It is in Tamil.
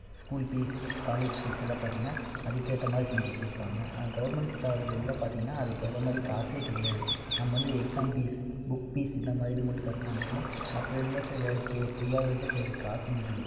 ஸ்கூல் பீஸ் காலேஜ் பீஸெல்லாம் பார்த்தீங்கன்னா அதுக்கேற்ற மாதிரி செஞ்சு வச்சிருப்பாங்க ஆனால் கவுர்மெண்ட் ஸ்டா இதெலாம் பார்த்தீங்கன்னா அதுக்கேற்ற மாதிரி காசே கிடையாது நம்ம வந்து எக்ஸாம் பீஸ் புக் பீஸ் இந்த மாதிரி இது மட்டும் காட்டினா போதும் மற்ற இதில் சிலருக்கு ஃப்ரீயாகவும் இருக்குது சிலருக்கு காசும் இருக்குது